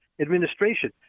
administration